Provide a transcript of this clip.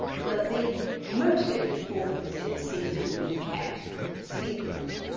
but the motive for the visit seems to have been kept secret.